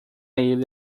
ele